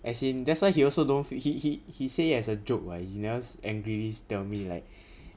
as in that's why he also don't he he he say it as a joke [what] he never angrily tell me like